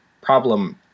problem